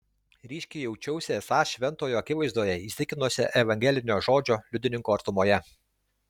ryškiai jaučiausi esąs šventojo akivaizdoje įsitikinusio evangelinio žodžio liudininko artumoje